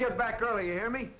get back early and me